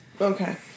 Okay